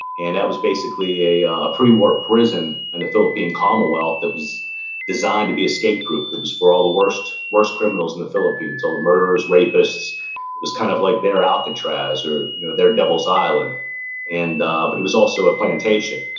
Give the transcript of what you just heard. and that was basically a ah a pre-war prison in and the philippine commonwealth that was designed to be escape proof. it was for all the worst worst criminals in the philippines, all the murderers, rapists. it was kind of like their alcatraz or you know their devil's island and ah but it was also a plantation,